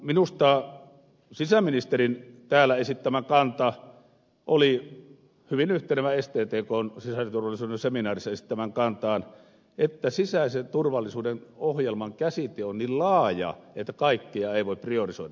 minusta sisäministerin täällä esittämä kanta oli hyvin yhtenevä sttkn sisäisen turvallisuuden seminaarissa esittämään kantaan että sisäisen turvallisuuden ohjelman käsite on niin laaja että kaikkea ei voi priorisoida